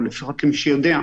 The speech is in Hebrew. או לפחות למי שיודע,